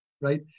right